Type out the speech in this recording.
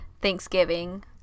thanksgiving